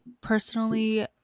personally